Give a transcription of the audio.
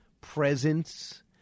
presence